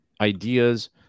ideas